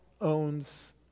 owns